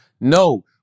No